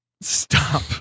Stop